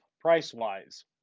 price-wise